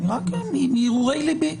אני רק מהרהורי ליבי,